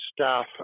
staff